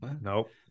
Nope